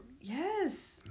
Yes